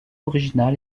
originale